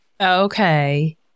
Okay